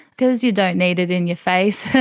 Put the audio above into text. because you don't need it in your face.